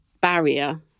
barrier